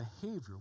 behavior